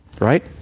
right